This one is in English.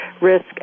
risk